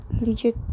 legit